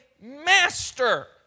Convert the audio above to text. master